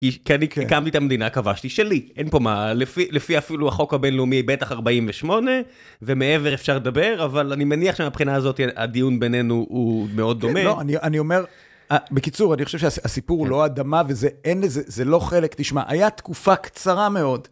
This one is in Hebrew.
כי אני הקמתי את המדינה, כבשתי שלי. אין פה מה, לפי אפילו החוק הבינלאומי, בטח 48, ומעבר אפשר לדבר, אבל אני מניח שמבחינה הזאת הדיון בינינו הוא מאוד דומה. לא, אני אומר... בקיצור, אני חושב שהסיפור הוא לא אדמה, וזה אין... זה לא חלק, תשמע, היה תקופה קצרה מאוד.